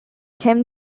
kim